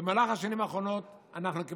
במהלך השנים האחרונות אנחנו,